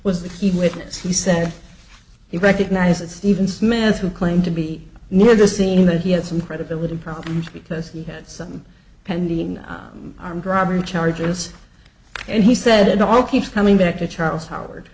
was the key witness he said he recognized stephen smith who claimed to be near the scene that he had some credibility problems because he had some pending armed robbery charges and he said it all keeps coming back to charles howard